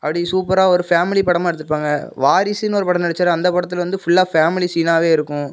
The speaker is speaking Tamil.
அப்படி சூப்பராக ஒரு ஃபேமிலி படமாக எடுத்திருப்பாங்க வாரிசுன்னு ஒரு படம் நடித்தாரு அந்த படத்தில் வந்து ஃபுல்லாக ஃபேமிலி சீனாகவே இருக்கும்